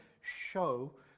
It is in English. show